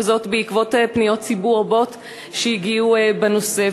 וזאת בעקבות פניות ציבור רבות שהגיעו בנושא.